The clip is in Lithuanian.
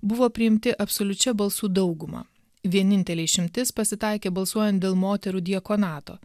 buvo priimti absoliučia balsų dauguma vienintelė išimtis pasitaikė balsuojant dėl moterų diakonato